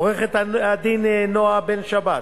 עורכת-הדין נועה בן-שבת,